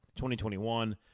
2021